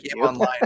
online